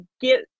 get